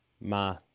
Ma